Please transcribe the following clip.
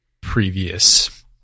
previous